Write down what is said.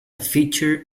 feature